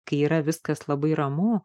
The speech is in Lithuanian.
kai yra viskas labai ramu